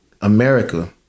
America